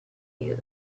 you